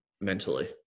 mentally